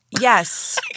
Yes